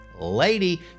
Lady